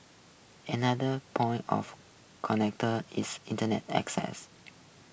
another point of connector is Internet access